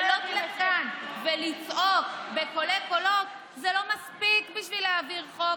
לעלות כאן ולצעוק בקולי קולות זה לא מספיק בשביל להעביר חוק,